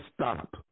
Stop